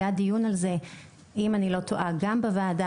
היה דיון על זה אם אני לא טועה גם בוועדה